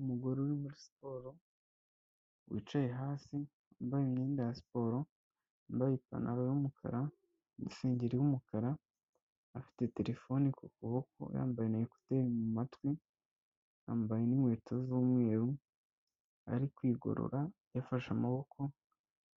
Umugore uri muri siporo, wicaye hasi yambaye imyenda ya siporo, yambaye ipantaro y'umukara, isengeri y'umukara, afite terefone ku kuboko, yambaye na ekuteri mu matwi, yambaye n'inkweto z'umweru, ari kwigorora yafashe amaboko